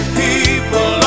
people